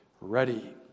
ready